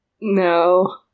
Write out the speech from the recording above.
No